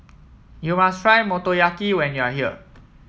you must try Motoyaki when you are here